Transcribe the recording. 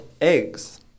eggs